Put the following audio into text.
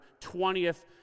20th